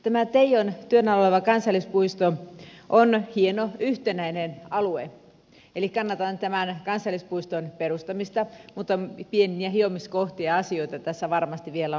tämä teijon työn alla oleva kansallispuisto on hieno yhtenäinen alue eli kannatan tämän kansallispuiston perustamista mutta pieniä hiomiskohtia ja asioita tässä varmasti vielä on olemassa